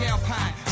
Alpine